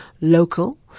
local